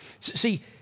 See